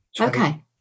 Okay